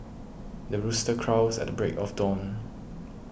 the rooster crows at the break of dawn